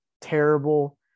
terrible